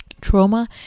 trauma